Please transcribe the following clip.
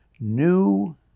New